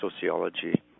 sociology